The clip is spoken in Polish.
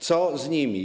Co z nimi?